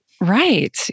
Right